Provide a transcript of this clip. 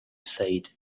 said